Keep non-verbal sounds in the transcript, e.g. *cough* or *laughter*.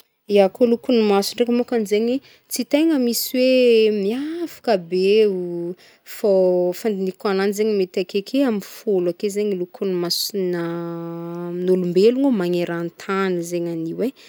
Ya koa lokon'ny maso ndraiky môkany zegny tsy tegna misy hoe miavaka be ho, fô fandignihako agnanjy zegny mety ake ake amy folo ake zegny lokon'ny masona *hesitation* n'olombelogno magneran-tany zegny anio e.